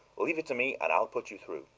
leave it to me, and i'll put you through.